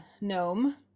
Gnome